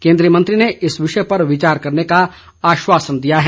केंद्रीय मंत्री ने इस विषय पर विचार करने का आश्वासन दिया है